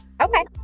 Okay